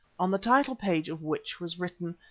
on the title-page of which was written,